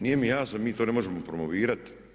Nije mi jasno, mi to ne možemo promovirati?